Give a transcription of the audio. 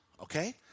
okay